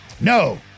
no